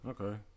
Okay